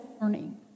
learning